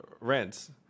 rents